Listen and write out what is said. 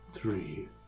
Three